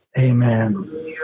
Amen